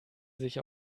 sich